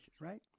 right